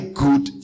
good